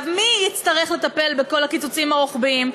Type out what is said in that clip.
מי יצטרך לטפל בכל הקיצוצים הרוחביים?